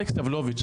אלכס סבלוביץ',